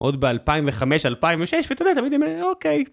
עוד ב-2005-2006, ואתה יודע, תמיד אני אומר, אוקיי.